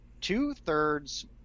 two-thirds